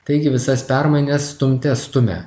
taigi visas permainas stumte stumia